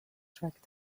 trek